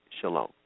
Shalom